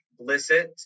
Blissett